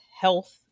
health